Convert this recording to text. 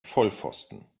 vollpfosten